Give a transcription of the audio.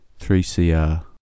3CR